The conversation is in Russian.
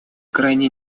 крайне